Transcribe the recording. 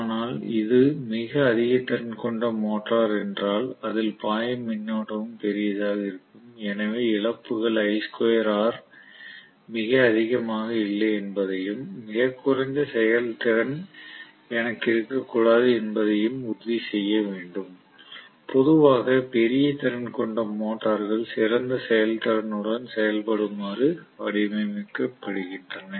ஆனால் இது மிக அதிக திறன் கொண்ட மோட்டார் என்றால் அதில் பாயும் மின்னோட்டமும் பெரியதாக இருக்கும் எனவே இழப்புகள் மிக அதிகமாக இல்லை என்பதையும் மிகக் குறைந்த செயல்திறன் எனக்கு இருக்கக்கூடாது என்பதையும் உறுதி செய்ய வேண்டும் பொதுவாக பெரிய திறன் கொண்ட மோட்டார்கள் சிறந்த செயல்திறனுடன் செயல்படுமாறு வடிவமைக்கப்படுகின்றன